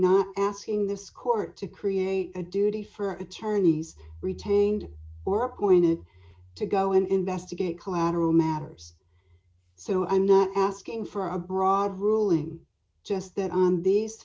not asking this court to create a duty for attorneys retained or appointed to go and investigate collateral matters so i'm not asking for a broad ruling just that on these